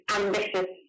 ambitious